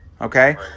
Okay